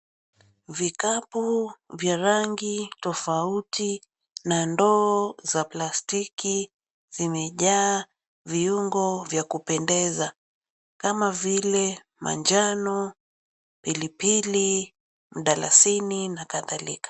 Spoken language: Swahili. Vikapu vya rangi tofauti na ndoo za plastiki zimejaa viuongo vya kupendeza, kama vile manjano, pilipili, mdalasini na kadhalika.